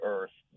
Earth